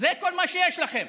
זה כל מה שיש לכם.